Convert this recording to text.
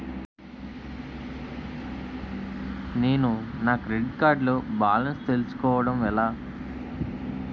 నేను నా credit card లో బాలన్స్ తెలుసుకోవడం ఎలా?